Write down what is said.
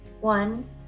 One